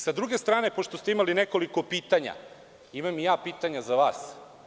Sa druge strane, pošto ste imali nekoliko pitanja, imam i ja pitanja za vas.